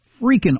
freaking